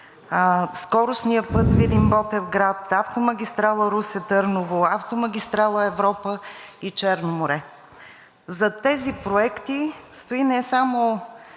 скоростния път Видин – Ботевград, автомагистрала „Русе – Търново“, автомагистрала „Европа“ и „Черно море“. Зад тези проекти стои не само